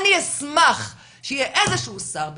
אני אשמח שיהיה איזשהו שר בישראל,